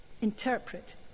interpret